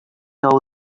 all